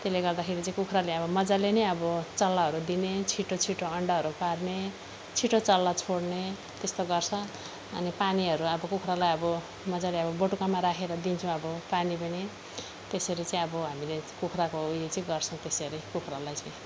त्यसले गर्दाखेरि चाहिँ कुखुराले अब मजाले नै अब चल्लाहरू दिने छिटो छिटो अन्डाहरू पार्ने छिटो चल्ला छोड्ने त्यस्तो गर्छ अनि पानीहरू अब कुखुरालाई अब मजाले अब बटुकामा राखेर दिन्छौँ अब पानी पनि त्यसरी चाहिँ अब हामीले कुखुराको ऊ यो चाहिँ गर्छौँ त्यसरी कुखरालाई चाहिँ